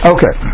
Okay